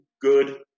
good